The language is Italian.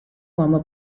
uomo